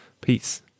Peace